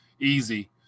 Easy